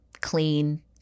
clean